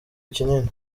kinini